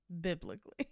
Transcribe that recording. biblically